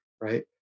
right